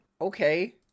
Okay